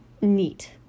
neat